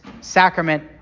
sacrament